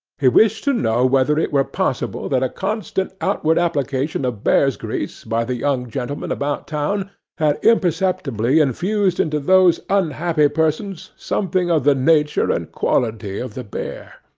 he wished to know whether it were possible that a constant outward application of bears'-grease by the young gentlemen about town had imperceptibly infused into those unhappy persons something of the nature and quality of the bear.